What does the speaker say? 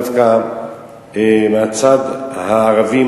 דווקא מהצד הערבי,